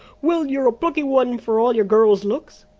well, you're a plucky one, for all your girl's looks!